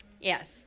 Yes